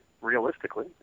realistically